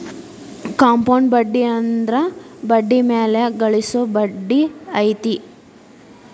compound ಬಡ್ಡಿ ಅಂದ್ರ ಬಡ್ಡಿ ಮ್ಯಾಲೆ ಗಳಿಸೊ ಬಡ್ಡಿ ಐತಿ